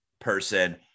person